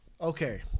Okay